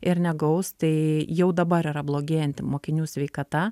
ir negaus tai jau dabar yra blogėjanti mokinių sveikata